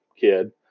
kid